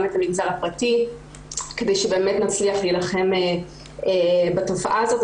גם את המגזר הפרטי כדי שבאמת נצליח להילחם בתופעה הזאת,